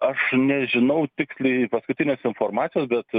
aš nežinau tiksliai paskutinės informacijos bet